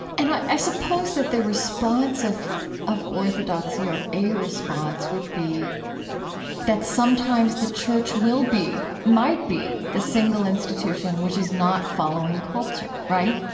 and i i suppose that the response of of orthodoxy, or a response would be that sometimes the church will be, might be, the single institution which is not following culture. right?